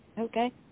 Okay